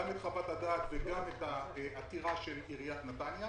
השאלה היא: מה ההגדרה של כת או קבוצה סמכותנית.